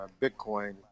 Bitcoin